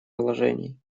положений